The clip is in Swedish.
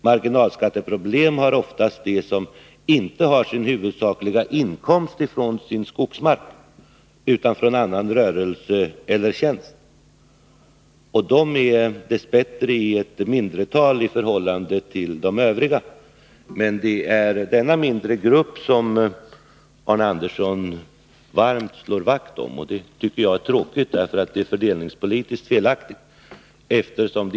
Marginalskatteproblem har oftast de som inte har sin huvudsakliga inkomst från sin skogsmark utan från annan rörelse eller tjänst. Dess bättre är dessa personer mycket färre än de övriga. Det är emellertid denna mindre grupp som Arne Andersson varmt slår vakt om, och det tycker jag är tråkigt, eftersom det är fördelningspolitiskt felaktigt.